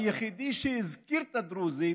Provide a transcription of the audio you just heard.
היחיד שהזכיר את הדרוזים